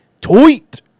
Tweet